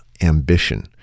ambition